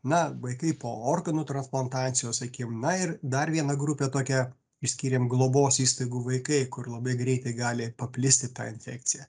na vaikai po organų transplantacijos sakim na ir dar viena grupė tokia išskyrėm globos įstaigų vaikai kur labai greitai gali paplisti ta infekcija